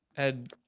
ed